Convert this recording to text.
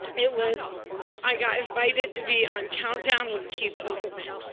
it was i got invited to be on countdown with keith olbermann.